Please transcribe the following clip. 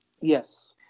Yes